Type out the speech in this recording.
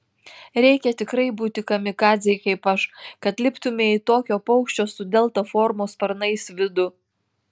reikia tikrai būti kamikadzei kaip aš kad liptumei į tokio paukščio su delta formos sparnais vidų